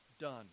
done